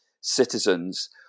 citizens